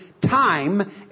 time